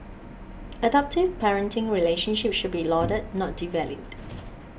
adoptive parenting relationships should be lauded not devalued